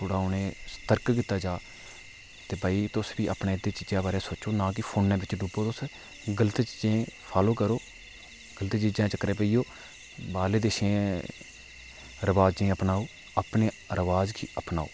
थोह्ड़ा उ'नें सतर्क कीता जा ते भाई तुस बी अपने इ'दे चीजै बारे सोचो ना की फोना बिच डुब्बो तुस गलत चीजें ई फॉलो करो गलत चीजें दे चक्करें च पेई जाओ बाहरलें देशें दे रवाजें ई अपनाओ अपने रवाज गी अपनाओ